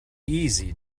easy